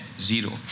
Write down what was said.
zero